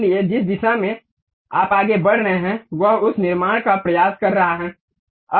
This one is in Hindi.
इसलिए जिस दिशा में आप आगे बढ़ रहे हैं वह उस निर्माण का प्रयास कर रहा है